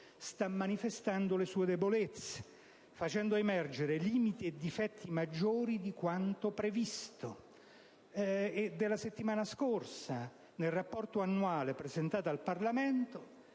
sta manifestando le sue debolezze, facendo emergere limiti e difetti maggiori di quanto previsto. La settimana scorsa, nel rapporto annuale presentato al Parlamento,